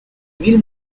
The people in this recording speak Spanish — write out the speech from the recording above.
mil